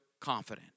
confident